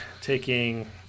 taking